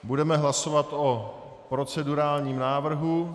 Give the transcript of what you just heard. Budeme hlasovat o procedurálním návrhu.